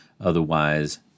otherwise